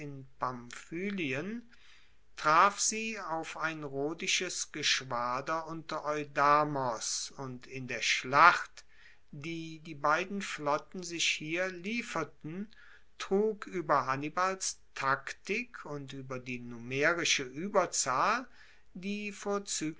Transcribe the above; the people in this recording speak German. traf sie auf ein rhodisches geschwader unter eudamos und in der schlacht die die beiden flotten sich hier lieferten trug ueber hannibals taktik und ueber die numerische ueberzahl die